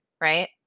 right